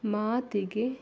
ಮಾತಿಗೆ